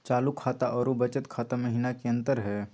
चालू खाता अरू बचत खाता महिना की अंतर हई?